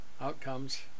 outcomes